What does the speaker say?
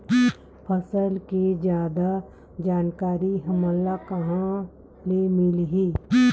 फसल के जादा जानकारी हमला कहां ले मिलही?